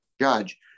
judge